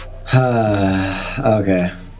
okay